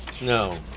No